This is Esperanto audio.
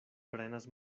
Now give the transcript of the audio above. prenas